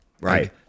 right